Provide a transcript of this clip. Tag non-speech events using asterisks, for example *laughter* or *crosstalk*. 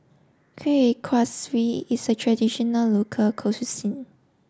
Kueh Kaswi is a traditional local *unintelligible*